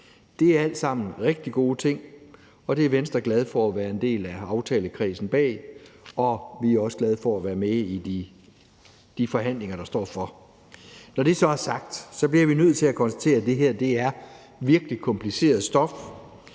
Det er alle sammen rigtig gode ting, og dem er Venstre glad for at være en del af aftalekredsen bag. Og vi er også glade for at være med i de forhandlinger, der står for. Når det så er sagt, bliver vi nødt til at konstatere, at det her virkelig er kompliceret stof.